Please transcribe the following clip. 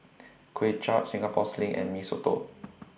Kway Chap Singapore Sling and Mee Soto